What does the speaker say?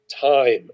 time